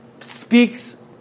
speaks